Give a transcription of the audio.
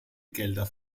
gelder